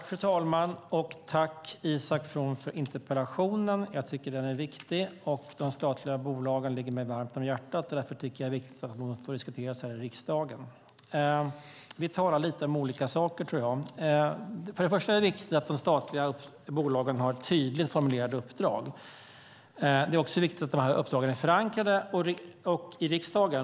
Fru talman! Jag tackar Isak From för interpellationen. Den är viktig. De statliga bolagen ligger mig varmt om hjärtat. Därför tycker jag att det är viktigt att de diskuteras här i riksdagen. Jag tror att vi lite grann talar om olika saker. Först och främst är det viktigt att de statliga bolagen har tydligt formulerade uppdrag. Det är också viktigt att dessa uppdrag är förankrade i riksdagen.